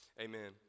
Amen